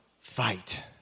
fight